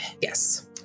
Yes